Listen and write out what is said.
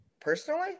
personally